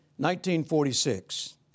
1946